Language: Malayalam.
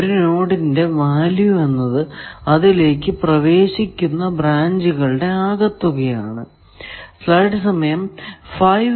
ഒരു നോഡിന്റെ വാല്യൂ എന്നത് അതിലേക്കു പ്രവേശിക്കുന്ന ബ്രാഞ്ചുകളുടെ ആകെ തുക ആണ്